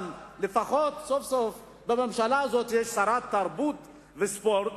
אבל לפחות סוף-סוף בממשלה הזו יש שרת תרבות וספורט,